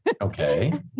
Okay